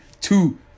two